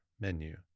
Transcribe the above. menu